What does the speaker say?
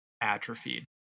atrophied